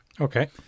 Okay